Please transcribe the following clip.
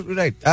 right